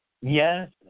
Yes